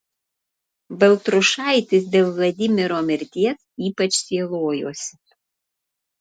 baltrušaitis dėl vladimiro mirties ypač sielojosi